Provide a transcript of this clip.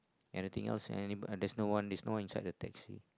anything else any there's no one there's no inside the taxi